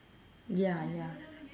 ya ya